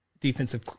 defensive